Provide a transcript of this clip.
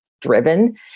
driven